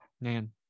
Man